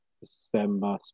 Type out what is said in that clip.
December